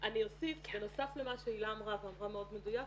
אני אוסיף בנוסף למה שהילה אמרה ואמרה מאוד מדויק,